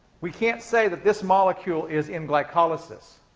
we can't say that this molecule is in glycolysis,